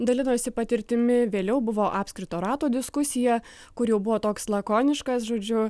dalinosi patirtimi vėliau buvo apskrito rato diskusija kur jau buvo toks lakoniškas žodžiu